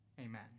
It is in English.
Amen